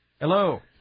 hello